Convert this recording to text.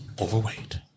overweight